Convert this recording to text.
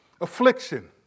affliction